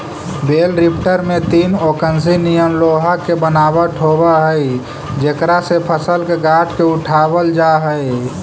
बेल lifter में तीन ओंकसी निअन लोहा के बनावट होवऽ हई जेकरा से फसल के गाँठ के उठावल जा हई